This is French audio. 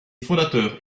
fondateurs